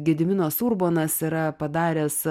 gediminas urbonas yra padaręs